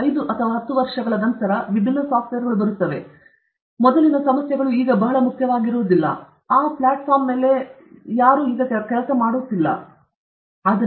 5 ವರ್ಷಗಳ ನಂತರ 10 ವರ್ಷಗಳು ಬೇರೆ ಕೆಲವು ವಿಭಿನ್ನ ಸಾಫ್ಟ್ವೇರ್ಗಳು ಬರುತ್ತವೆ ಅಥವಾ ಆ ಸಮಸ್ಯೆಗಳು ಬಹಳ ಮುಖ್ಯವಾಗಿರುವುದಿಲ್ಲ ಫ್ಲಾಟ್ ಪ್ಲೇಟ್ ಮೇಲೆ ಹರಿದು ಫ್ಲಾಟ್ ಪ್ಲೇಟ್ ಮೇಲೆ ಹರಿಯುತ್ತದೆ ಫ್ಲಾಟ್ ಫಲಕದ ಮೇಲೆ ಹರಿಯುವ ಬಗ್ಗೆ ಈಗ ಯಾರಿಗೂ ಸರಿಯಲ್ಲ